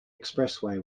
expressway